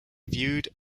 viewed